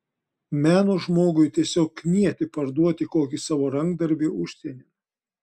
meno žmogui tiesiog knieti parduoti kokį savo rankdarbį užsienin